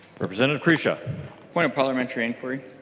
representative kresha point to parliamentary inquiry.